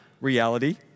reality